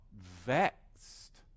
vexed